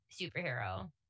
superhero